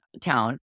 town